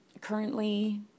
currently